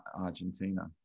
Argentina